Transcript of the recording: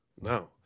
No